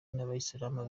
n’abayisilamu